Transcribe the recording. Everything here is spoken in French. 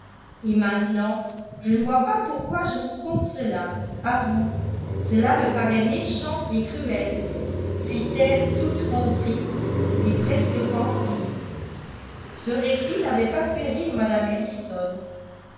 et maintenant je ne vois pas pourquoi je vous conte cela à vous cela me paraît méchant et cruel fit-elle toute contrite et presque pensive ce récit n'avait pas fait rire mme